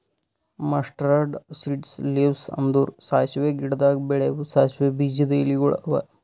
mustard seeds leaves ಅಂದುರ್ ಸಾಸಿವೆ ಗಿಡದಾಗ್ ಬೆಳೆವು ಸಾಸಿವೆ ಬೀಜದ ಎಲಿಗೊಳ್ ಅವಾ